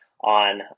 on